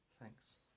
Thanks